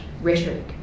rhetoric